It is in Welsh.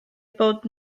bod